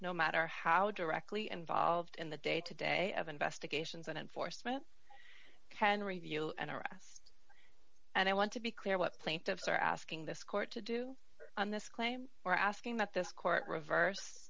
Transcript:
no matter how directly involved in the day to day of investigations and enforcement can review and arrest and i want to be clear what the plaintiffs are asking this court to do on this claim or asking that this court reverse